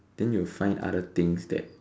then you'll find other things that